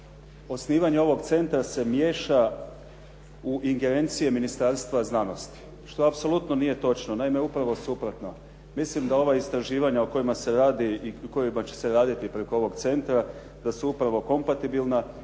osnivanje ovoga centara se miješa u ingerencije Ministarstva znanosti što apsolutno nije točno. Naime, upravo suprotno, mislim da ova istraživanja o kojima se radi i o kojima će se raditi preko ovoga centra da su upravo kompatabilna